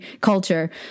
culture